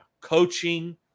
Coaching